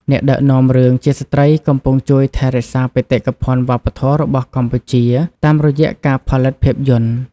អ្នកដឹកនាំរឿងជាស្ត្រីកំពុងជួយថែរក្សាបេតិកភណ្ឌវប្បធម៌របស់កម្ពុជាតាមរយៈការផលិតភាពយន្ត។